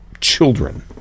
children